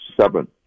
seven